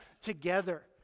together